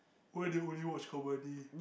why they only watch comedy